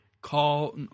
call